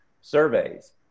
surveys